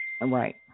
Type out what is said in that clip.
Right